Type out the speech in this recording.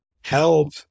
help